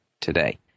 today